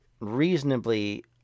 reasonably